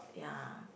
ya